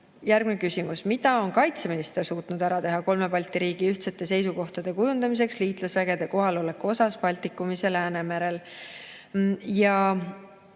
Järgmine küsimus on, mida on kaitseminister suutnud ära teha kolme Balti riigi ühtsete seisukohtade kujundamiseks liitlasvägede kohaloleku osas Baltikumis ja Läänemerel?